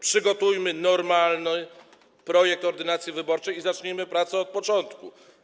Przygotujmy normalny projekt ordynacji wyborczej i zacznijmy prace od początku.